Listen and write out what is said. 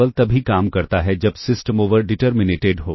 केवल तभी काम करता है जब सिस्टम ओवर डिटर्मिनेटेड हो